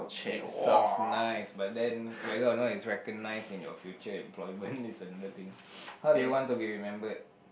it sounds nice but then whether or not it's recognise in your future employment it's another thing how do you want to be remembered